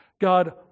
God